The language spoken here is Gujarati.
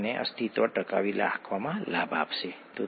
એટલે આવું જ થાય છે